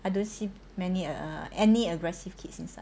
I don't see many uh any aggressive kids inside